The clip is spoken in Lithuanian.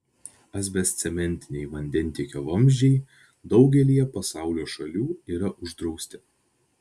asbestcementiniai vandentiekio vamzdžiai daugelyje pasaulio šalių yra uždrausti